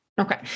Okay